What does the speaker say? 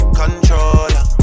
controller